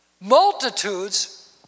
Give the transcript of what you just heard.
Multitudes